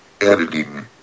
Editing